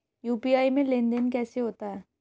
UPI में लेनदेन कैसे होता है?